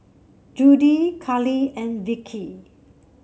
Judie Carli and Vickie